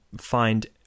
find